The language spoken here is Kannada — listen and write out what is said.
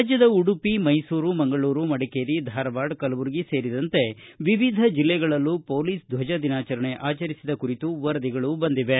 ರಾಜ್ಯದ ಉಡುಪಿ ಮೈಸೂರು ಮಂಗಳೂರು ಮಡಿಕೇರಿ ಧಾರವಾಡ ಕಲಬುರಗಿ ಸೇರಿದಂತೆ ವಿವಿಧ ಜಿಲ್ಲೆಗಳಲ್ಲೂ ಪೊಲೀಸ್ ಧ್ವಜ ದಿನಾಚರಣೆ ಆಚರಿಸಿದ ಕುರಿತು ವರದಿಗಳು ಬಂದಿವೆ